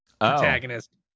antagonist